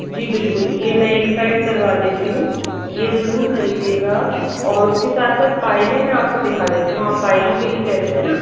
जी बिलकुल यह मैं एक साइड करवा देती हूँ यह ज़रूर खरीदियेगा आप और उसके साथ साथ पायलें मैं आपको दिखा देती हूँ आप पायलों के लिए कह रहे थे न